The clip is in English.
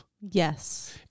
yes